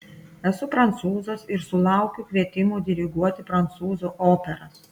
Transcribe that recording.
esu prancūzas ir sulaukiu kvietimų diriguoti prancūzų operas